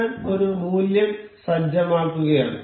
ഞാൻ ഒരു മൂല്യം സജ്ജമാക്കുകയാണ്